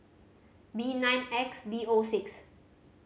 B nine X D O six